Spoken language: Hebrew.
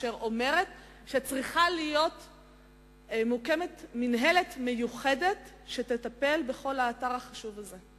אשר אומרת שצריכה לקום מינהלת מיוחדת שתטפל בכל האתר החשוב הזה.